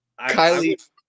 Kylie